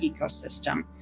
ecosystem